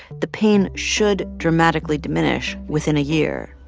the pain should dramatically diminish within a year.